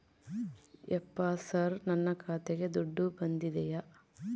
ಯಪ್ಪ ಸರ್ ನನ್ನ ಖಾತೆಗೆ ದುಡ್ಡು ಬಂದಿದೆಯ?